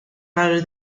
rather